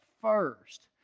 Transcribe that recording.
first